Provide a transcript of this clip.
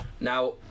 Now